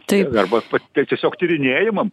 arba taip tiesiog tyrinėjimam